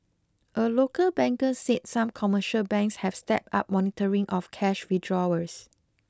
a local banker said some commercial banks have stepped up monitoring of cash withdrawals